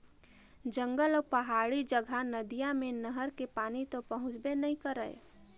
जंगल अउ पहाड़ी जघा नदिया मे नहर के पानी तो पहुंचबे नइ करय